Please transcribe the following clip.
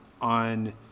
on